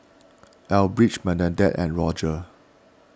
Elbridge Bernadette and Roger